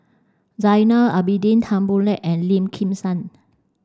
Zainal Abidin Tan Boo Liat and Lim Kim San